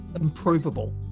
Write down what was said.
improvable